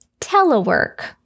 telework